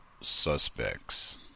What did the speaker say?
suspects